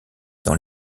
dans